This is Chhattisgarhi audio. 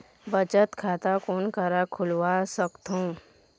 बचत खाता कोन करा खुलवा सकथौं?